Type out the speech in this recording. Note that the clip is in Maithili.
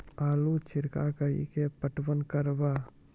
आलू छिरका कड़ी के पटवन करवा?